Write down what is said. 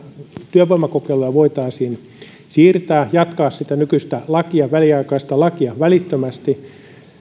työvoimakokeiluja voitaisiin siirtää ja jatkaa sitä nykyistä väliaikaista lakia välittömästi